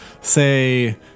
say